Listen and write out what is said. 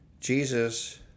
Jesus